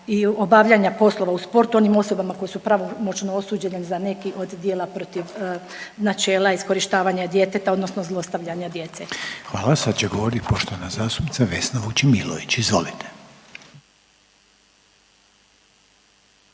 i obavljanja poslova u sportu onim osobama koje su pravomoćno osuđene za neke od djela protiv načela iskorištavanja djeteta odnosno zlostavljanja djece. **Reiner, Željko (HDZ)** Hvala. Sad će govoriti poštovana zastupnica Vesna Vučemilović, izvolite.